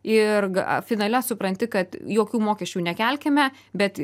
ir finale supranti kad jokių mokesčių nekelkime bet